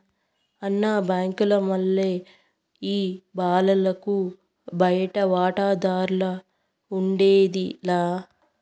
అన్న, బాంకీల మల్లె ఈ బాలలకు బయటి వాటాదార్లఉండేది లా